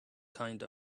kind